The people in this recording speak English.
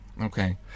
Okay